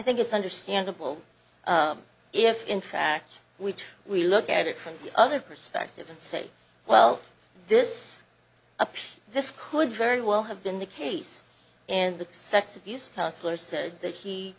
it's understandable if in fact we we look at it from the other perspective and say well this appears this could very well have been the case and the sex abuse counselor said that he